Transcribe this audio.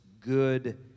good